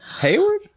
Hayward